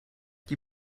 die